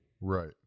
Right